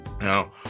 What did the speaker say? Now